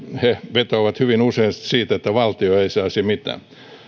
vetoavat hyvin useasti siihen että valtio ei saisi mitään